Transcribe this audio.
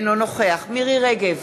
אינו נוכח מירי רגב,